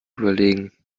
überlegen